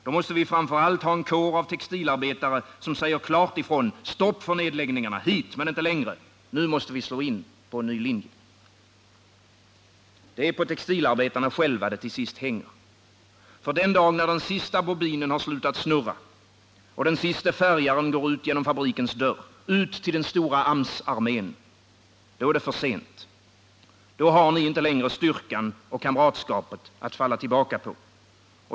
Då måste vi framför allt ha en kår av textilarbetare som säger klart ifrån: Stopp för nedläggningarna! Hit, men inte längre! Nu måste vi slå in på en ny linje! Det är på textilarbetarna själva det till sist hänger. Ty den dag den sista bobinen slutat snurra och den siste färgaren går ut genom fabrikens dörr, ut till den stora AMS-armén, då är det för sent. Då har ni inte längre styrkan och kamratskapet att falla tillbaka på.